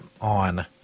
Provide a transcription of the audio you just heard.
on